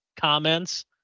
comments